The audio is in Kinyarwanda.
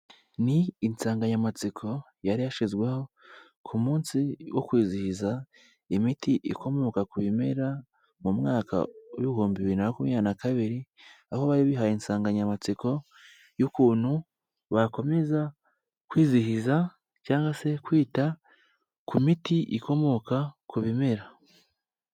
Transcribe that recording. Ni insanganyamatsiko yari yashyizweho ku munsi wo kwizihiza imiti ikomoka ku bimera mu mwaka w'ibihumbi bibiri na kumyabiri na kabiri aho bari bihaye insanganyamatsiko y'ukuntu bakomeza kwizihiza cyangwa se kwita ku miti ikomoka ku bimera.